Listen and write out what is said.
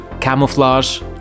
Camouflage